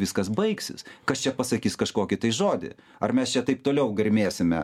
viskas baigsis kas čia pasakys kažkokį tai žodį ar mes čia taip toliau garmėsime